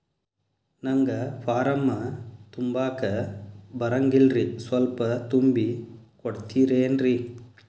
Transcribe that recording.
ನಂಗ ಫಾರಂ ತುಂಬಾಕ ಬರಂಗಿಲ್ರಿ ಸ್ವಲ್ಪ ತುಂಬಿ ಕೊಡ್ತಿರೇನ್ರಿ?